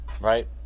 right